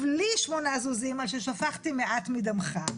לי שמונה זוזים על ששפכתי מעט מדמך.